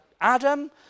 Adam